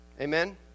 Amen